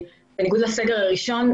בניגוד לסגר הראשון,